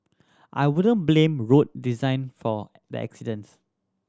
I wouldn't blame road design for the accidents